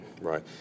Right